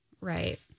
Right